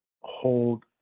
hold